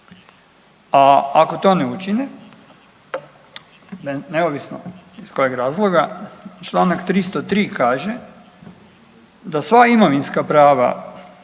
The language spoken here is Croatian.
a ako to ne učine, neovisno iz kojeg razloga, čl. 303 kaže da sva imovinska prava